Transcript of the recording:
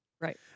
right